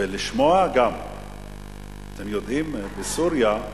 ולשמוע גם אתם יודעים, בסוריה,